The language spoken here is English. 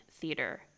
theater